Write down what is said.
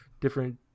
different